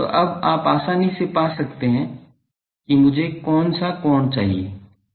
तो अब आप आसानी से पा सकते हैं कि मुझे कौन सा कोण चाहिए